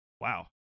Wow